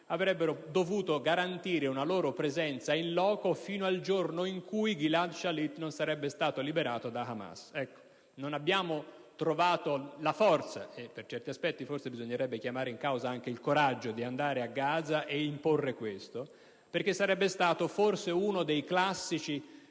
avrebbero dovuto garantire una loro presenza *in loco* fino al giorno in cui Gilad Shalit non fosse stato liberato da Hamas. Non abbiamo trovato la forza (ma per certi aspetti forse bisognerebbe chiamare in causa anche il coraggio) di andare a Gaza e imporre questo, perché sarebbe stata forse una delle classiche